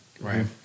right